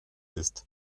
ist